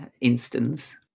instance